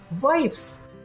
wives